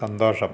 സന്തോഷം